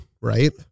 right